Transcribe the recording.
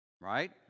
Right